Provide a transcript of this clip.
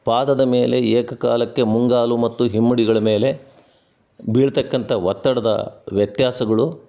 ಪಾದದ ಮೇಲೆ ಏಕ ಕಾಲಕ್ಕೆ ಮುಂಗಾಲು ಮತ್ತು ಹಿಮ್ಮಡಿಗಳ ಮೇಲೆ ಬೀಳತಕ್ಕಂಥ ಒತ್ತಡದ ವ್ಯತ್ಯಾಸಗಳು